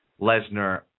Lesnar